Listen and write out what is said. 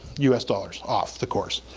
us dollars off the course.